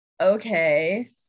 okay